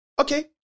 Okay